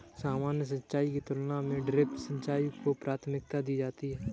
सामान्य सिंचाई की तुलना में ड्रिप सिंचाई को प्राथमिकता दी जाती है